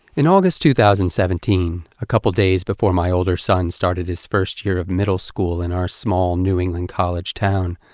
in august two thousand and seventeen, a couple days before my older son started his first year of middle school in our small, new england college town,